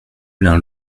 l’un